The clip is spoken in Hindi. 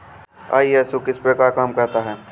आई.एस.ओ किस प्रकार काम करता है